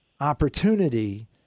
opportunity